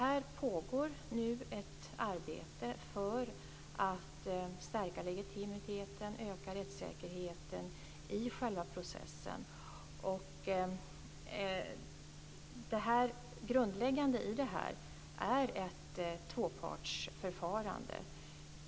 Här pågår nu ett arbete för att stärka legitimiteten och öka rättssäkerheten i själva processen. Det grundläggande är ett tvåpartsförfarande.